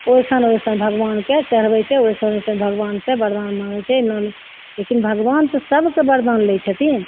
ओइसन ओइसन भगवानके चढ़बय छै ओइसन ओइसन भगवानसँ वरदान माँगय छै नारि लेकिन भगवान तऽ सबके वरदान लै छथिन